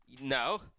No